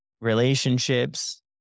relationships